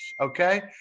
Okay